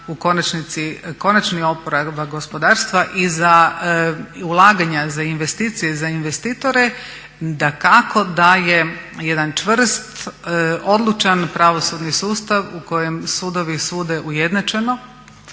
u konačnici konačni oporavak gospodarstva i za ulaganja za investicije i za investitore dakako daje jedan čvrst, odlučan pravosudni sustav u kojem sudovi sude ujednačeno,